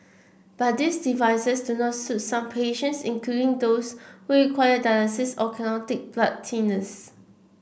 but these devices do not suit some patients including those who require dialysis or cannot take blood thinners